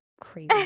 Crazy